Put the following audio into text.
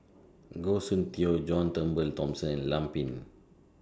Goh Soon Tioe John Turnbull Thomson and Lam Pin Min